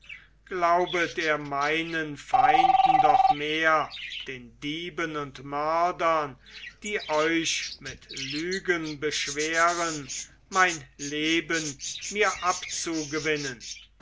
glaubet er meinen feinden doch mehr den dieben und mördern die euch mit lügen beschweren mein leben mir